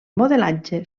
modelatge